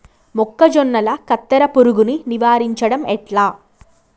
మొక్కజొన్నల కత్తెర పురుగుని నివారించడం ఎట్లా?